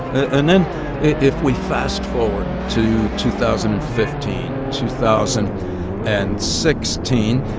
and then if we fast forward to two thousand and fifteen, two thousand and sixteen,